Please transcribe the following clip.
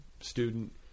student